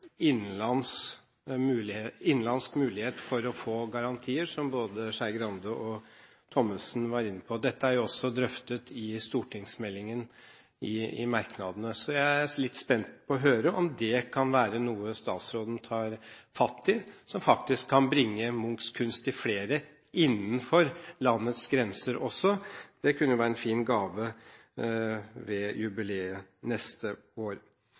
kunst og innenlandsk mulighet for å få garantier, som både Skei Grande og Thommessen var inne på. Dette er også drøftet i stortingsmeldingen, så jeg er litt spent på å høre om det kan være noe statsråden tar fatt i, som faktisk kan bringe Munchs kunst til flere innenfor landets grenser også. Det kunne jo være en fin gave ved jubileet neste år.